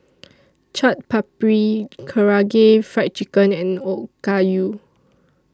Chaat Papri Karaage Fried Chicken and Okayu